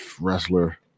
wrestler